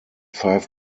five